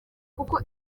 kuko